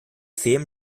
film